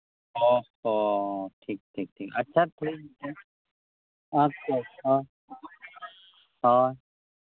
ᱚ ᱦᱚᱸ ᱴᱷᱤᱠ ᱴᱷᱤᱠ ᱟᱪᱪᱷᱟ ᱟᱪᱪᱷᱟ ᱟᱪᱪᱷᱟ ᱦᱳᱭ ᱦᱮᱸ